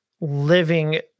living